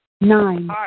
Nine